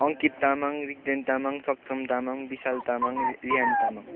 Ankit Tamang Rigden Tamang Saksham Tamang Vishal Tamang Riyan Tamang